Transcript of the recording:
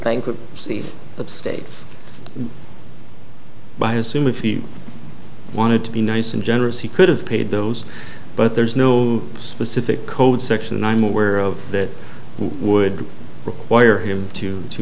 bankruptcy of state by i assume if he wanted to be nice and generous he could have paid those but there's no specific code section i'm aware of that would require him to to